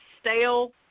stale